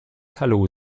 hallo